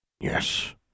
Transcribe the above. Yes